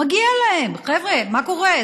מגיע להם, חבר'ה, מה קורה?